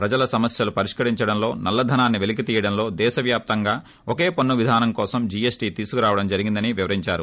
ప్రజల సమస్యలు పరిష్కరించడంలో నల్లధనాన్ని పెలికి తీయడంలో దేశ వ్యాప్తంగా ఒకే పన్ను విధానం కోసం జీఎస్టీ తీసుకు రావడం జరిగిందని వివరించారు